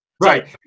Right